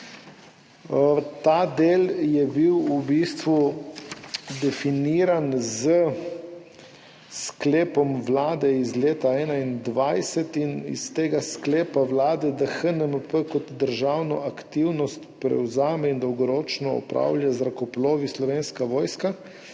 Ta del je bil v bistvu definiran s sklepom vlade iz leta 2021 in iz tega sklepa vlade, da HNMP kot državno aktivnost prevzame in dolgoročno opravlja z zrakoplovi Slovenska vojska.